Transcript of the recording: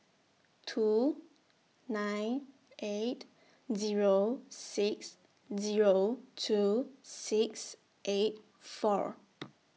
two nine eight Zero six Zero two six eight four